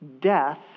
death